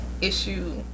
issue